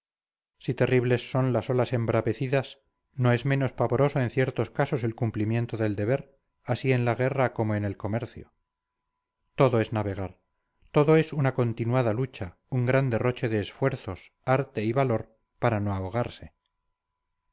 si terribles son las olas embravecidas no es menos pavoroso en ciertos casos el cumplimiento del deber así en la guerra como en el comercio todo es navegar todo es una continuada lucha un gran derroche de esfuerzos arte y valor para no ahogarse